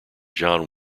john